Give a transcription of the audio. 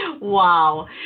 Wow